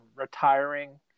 retiring